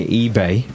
eBay